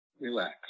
Relax